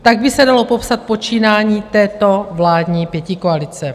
Tak by se dalo popsat počínání této vládní pětikoalice.